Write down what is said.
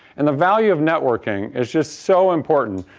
and the value of networking is just so important,